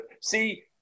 see